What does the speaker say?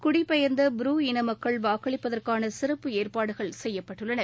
குடிபெயர்ந்த புரு இன மக்கள் வாக்களிப்பதற்கான சிறப்பு ஏற்பாடுகள் செய்யப்பட்டுள்ளன